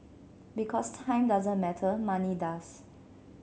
because time doesn't matter money does